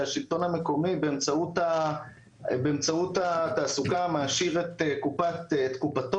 שהשלטון המקומי באמצעות התעסוקה מעשיר את קופתו.